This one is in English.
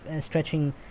stretching